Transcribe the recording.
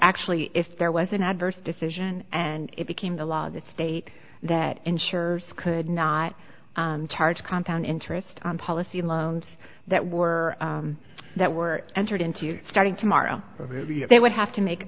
actually if there was an adverse decision and it became the law that state that ensured could not charge compound interest on policy loans that were that were entered into starting tomorrow they would have to make